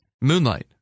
Moonlight